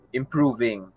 improving